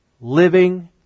living